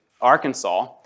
Arkansas